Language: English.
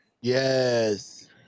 yes